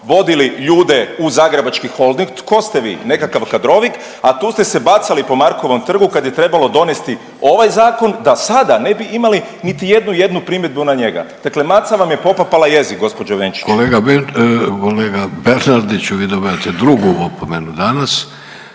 vodili ljude u Zagrebački holding. Tko ste vi? Nekakav kadrovik, a tu ste se bacali po Markovom trgu kad je trebalo donesti ovaj zakon da sada ne bi imali niti jednu jednu primjedbu na njega. Dakle maca vam je popapala jezik, gđo Benčić. **Vidović, Davorko